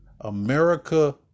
America